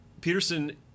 Peterson